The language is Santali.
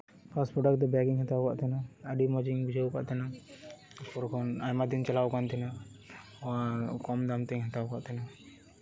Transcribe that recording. ᱯᱷᱟᱥᱴ ᱯᱨᱳᱰᱟᱠᱴ ᱫᱚ ᱵᱮᱜᱤᱧ ᱦᱟᱛᱟᱣ ᱠᱟᱜ ᱛᱟᱦᱮᱱᱟ ᱟᱹᱰᱤ ᱢᱚᱡᱽ ᱤᱧ ᱵᱩᱡᱷᱟᱹᱣ ᱠᱟᱜ ᱛᱟᱦᱮᱱᱟ ᱮᱨᱯᱚᱨᱮ ᱠᱷᱚᱱ ᱟᱭᱢᱟ ᱫᱤᱱ ᱪᱟᱞᱟᱣ ᱠᱟᱱ ᱛᱟᱦᱮᱱᱟ ᱠᱚᱢ ᱫᱟᱢ ᱛᱮᱧ ᱦᱟᱛᱟᱣ ᱠᱟᱜ ᱛᱟᱦᱮᱱᱟ